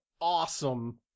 awesome